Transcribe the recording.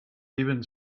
even